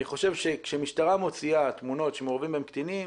אני חושב שכשמשטרה מוציאה תמונות שמעורבים בהם קטינים